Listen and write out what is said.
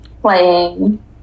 playing